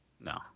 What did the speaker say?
No